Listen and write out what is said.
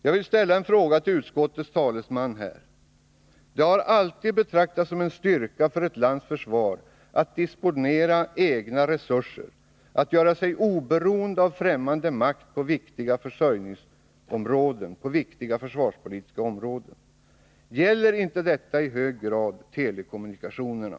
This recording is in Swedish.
Jag vill ställa en fråga till utskottets talesman: Det har alltid betraktats som en styrka för ett lands försvar att disponera egna resurser och att göra sig oberoende av främmande makt på viktiga försörjningsområden och på försvarspolitiskt viktiga områden. Gäller inte detta i hög grad telekommunikationerna?